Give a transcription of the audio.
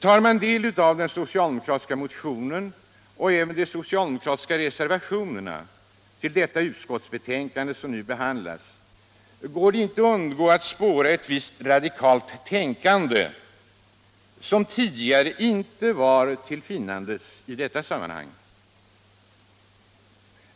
Tar man del av den socialdemokratiska motionen och även de socialdemokratiska reservationerna till det utskottsbetänkande som nu behandlas går det inte att undgå att spåra ett visst radikalt tänkande, som tidigare inte var till finnandes i detta sammanhang.